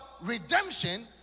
redemption